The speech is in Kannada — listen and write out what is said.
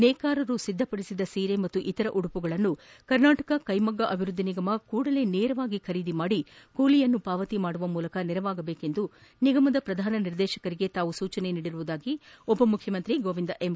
ನೇಕಾರರು ಸಿದ್ದಪಡಿಸಿದ ಸೀರೆ ಹಾಗೂ ಇತರ ಉಡುಪುಗಳನ್ನು ಕರ್ನಾಟಕ ಕೈಮಗ್ಗ ಅಭಿವೃದ್ದಿ ನಿಗಮ ಕೂಡಲೇ ನೇರವಾಗಿ ಖರೀದಿಸಿ ಕೂಲಿಯನ್ನು ಪಾವತಿಸುವ ಮೂಲಕ ನೆರವಾಗಬೇಕೆಂದು ನಿಗಮದ ಪ್ರಧಾನ ನಿರ್ದೇಶಕರಿಗೆ ಸೂಚಿಸಿರುವುದಾಗಿ ಉಪಮುಖ್ಯಮಂತ್ರಿ ಗೋವಿಂದ ಎಂ